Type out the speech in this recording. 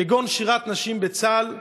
כגון שירת נשים בצה"ל,